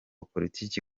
politiki